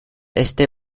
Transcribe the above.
este